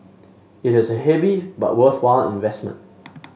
it is a heavy but worthwhile investment